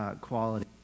quality